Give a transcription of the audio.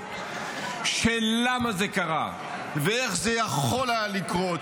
האחרות של למה זה קרה ואיך זה יכול היה לקרות